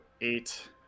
eight